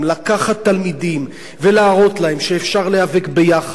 לקחת תלמידים ולהראות להם שאפשר להיאבק ביחד,